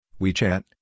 WeChat